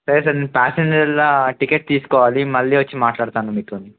సరే సార్ నేను ప్యాసెంజర్ల టికెట్ తీసుకోవాలి మళ్ళీ వచ్చి మాట్లాతాను మీతోని